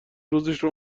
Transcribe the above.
روزشو